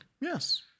Yes